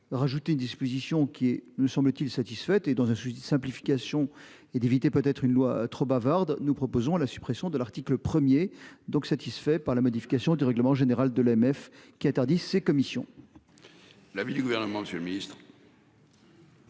Rajouter une disposition qui est me semble-t-il satisfait et dans un souci de simplification et d'éviter peut-être une loi trop bavarde. Nous proposons la suppression de l'article premier donc satisfaits par la modification du règlement général de l'AMF qui interdit ces commissions. L'avis du gouvernement, Monsieur le Ministre.